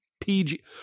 PG